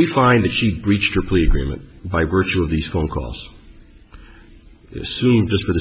we find that she reached her plea agreement by virtue of these phone calls the